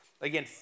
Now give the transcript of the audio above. Again